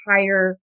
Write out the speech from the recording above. higher